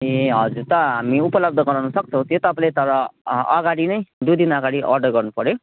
ए हजुर त हामी उपलब्ध गराउन सक्छौँ त्यो तपाईँले तर अगाडि नै दुई दिन अगाडि अर्डर गर्नुपऱ्यो